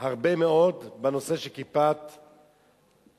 הרבה מאוד בנושא של "כיפת ברזל".